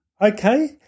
Okay